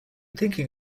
thinking